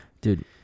Dude